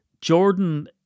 Jordan